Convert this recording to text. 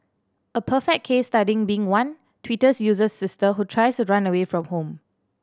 a perfect case studying being one Twitters user's sister who tries to run away from home